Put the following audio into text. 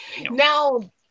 Now